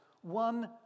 one